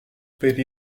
per